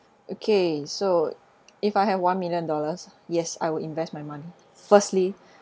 okay so if I have one million dollars yes I will invest my money firstly